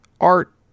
art